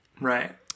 Right